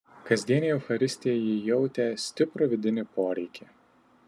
kasdienei eucharistijai ji jautė stiprų vidinį poreikį